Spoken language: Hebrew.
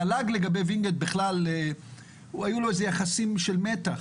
למל"ג היו יחסים של מתח